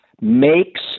makes